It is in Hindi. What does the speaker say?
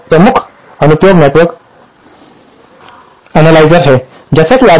कपलर का एक प्रमुख अनुप्रयोग नेटवर्क अनलयसेर है